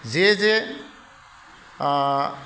जे जे